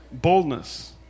boldness